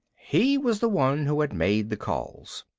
he was the one who had made the calls.